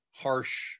harsh